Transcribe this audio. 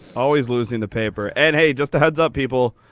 always losing the paper. and hey, just a heads up people,